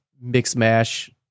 mix-mash